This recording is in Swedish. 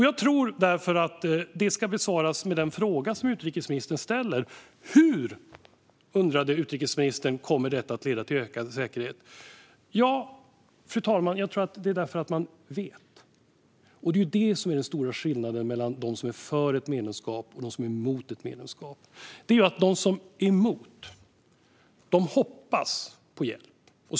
Jag tror att detta ska besvaras med den fråga som utrikesministern ställer: Hur kommer ett Natomedlemskap att leda till ökad säkerhet? Jo, fru talman, jag tror att det är för att man vet. Det är detta som är den stora skillnaden mellan dem som är för respektive emot ett medlemskap. De som är emot hoppas på hjälp.